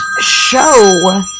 show